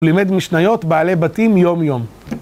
הוא לימד משניות, בעלי בתים, יום יום.